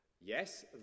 yes